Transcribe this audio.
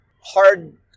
hard